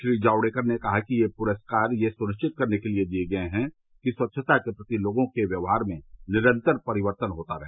श्री जावड़ेकर ने कहा कि ये पुरस्कार यह सुनिश्चित करने के लिए दिए गए हैं कि स्वच्छता के प्रति लोगों के व्यवहार में निरंतर परितर्वन होता रहे